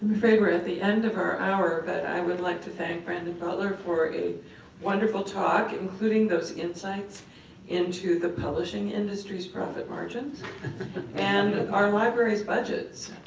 i'm afraid we're at the end of our hour, but i would like to think brandon butler for a wonderful talk, including those insights into the publishing industry's profit margins and our library's budgets,